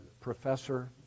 professor